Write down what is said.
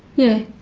yeah.